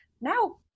now